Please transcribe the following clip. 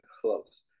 close